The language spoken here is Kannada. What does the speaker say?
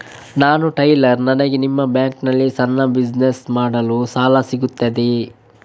ನಾನು ಟೈಲರ್, ನನಗೆ ನಿಮ್ಮ ಬ್ಯಾಂಕ್ ನಲ್ಲಿ ಸಣ್ಣ ಬಿಸಿನೆಸ್ ಮಾಡಲು ಸಾಲ ಸಿಗುತ್ತದೆಯೇ?